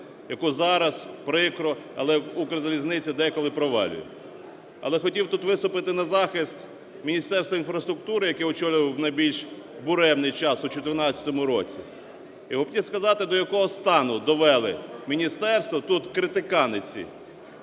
яку зараз прикро, але "Укрзалізниця" деколи провалює. Але хотів би тут виступити на захист Міністерства інфраструктури, яке очолював в найбільш буремний час у 14-му році, і хотів сказати, до якого стану довели міністерство тут критикани ці.